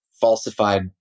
falsified